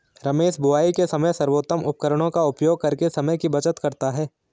रमेश बुवाई के समय सर्वोत्तम उपकरणों का उपयोग करके समय की बचत करता है